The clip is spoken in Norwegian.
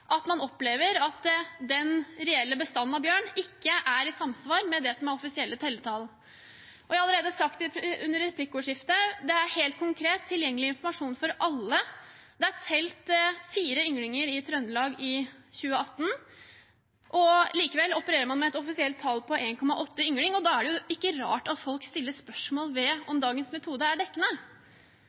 at den reelle bestanden av bjørn ikke er i samsvar med det som er offisielle telletall. Og jeg har allerede sagt det under replikkordskiftet: Dette er helt konkret, tilgjengelig informasjon for alle. Det er telt fire ynglinger i Trøndelag i 2018, og likevel opererer man med et offisielt tall på 1,8 ynglinger. Da er det ikke rart at folk stiller spørsmål ved om dagens metode er dekkende.